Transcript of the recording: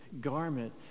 garment